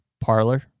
parlor